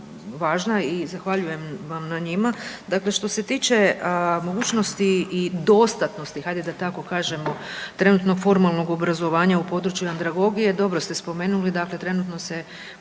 i zahvaljujem vam na njima. Dakle, što se tiče mogućnosti i dostatnosti hajde da tako kažemo trenutnog formalnog obrazovanja u području andragogije dobro ste spomenuli, dakle trenutno se